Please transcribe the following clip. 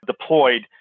deployed